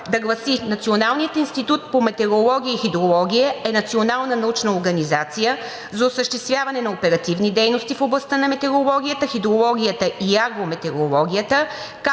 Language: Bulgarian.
да гласи: „(2) Националният институт по метеорология и хидрология е национална научна организация за осъществяване на оперативни дейности в областта на метеорологията, хидрологията и агрометеорологията,